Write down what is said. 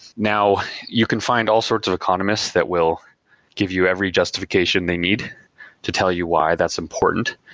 now, you can find all sorts of economists that will give you every justification they need to tell you why that's important,